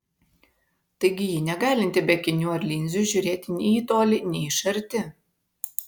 taigi ji negalinti be akinių ar linzių žiūrėti nei į tolį nei iš arti